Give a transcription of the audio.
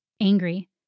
angry